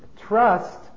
trust